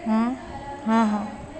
हां हां हां